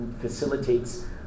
facilitates